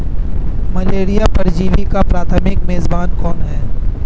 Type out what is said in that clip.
Malaria परजीवी का प्राथमिक मेजबान कौन है?